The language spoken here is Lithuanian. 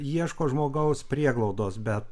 ieško žmogaus prieglaudos bet